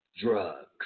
drugs